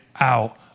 out